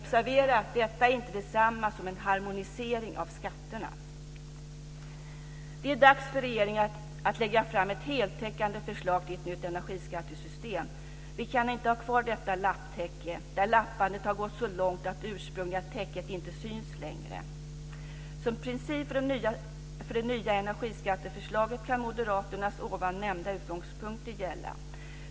Observera att detta inte är detsamma som en harmonisering av skatterna! Det är dags för regeringen att lägga fram ett heltäckande förslag till ett nytt energiskattesystem. Vi kan inte ha kvar detta lapptäcke, där lappandet har gått så långt att det ursprungliga täcket inte syns längre. Som principen för det nya energiskatteförslaget kan Moderaternas ovan nämnda utgångspunkter gälla.